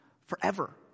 forever